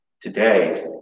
Today